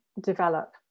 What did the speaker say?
develop